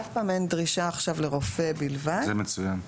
אף פעם אין דרישה עכשיו לרופא בלבד -- זה מצוין.